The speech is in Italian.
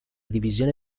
divisione